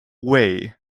wei